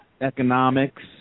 economics